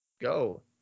Go